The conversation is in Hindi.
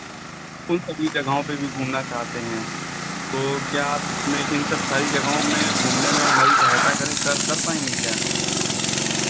उन सभी जगहों पे भी घूमना चाहते हैं तो क्या आप इसमें इन सब सारी जगहों में घूमने में हमारी सहायता करें क् कर पाएंगे क्या